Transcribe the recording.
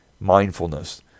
mindfulness